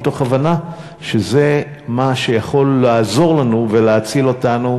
מתוך הבנה שזה מה שיכול לעזור לנו ולהציל אותנו